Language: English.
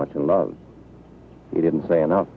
much in love he didn't say enough